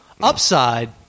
Upside